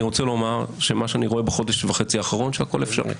אני רוצה לומר שלפי מה שאני רואה בחודש וחצי האחרונים הכול אפשרי.